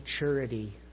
maturity